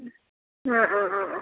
ആ ആ ആ ആ